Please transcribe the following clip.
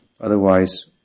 Otherwise